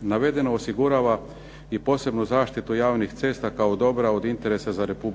Navedeno osigurava i posebnu zaštitu javnih cesta kao dobra od interesa za RH.